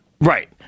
Right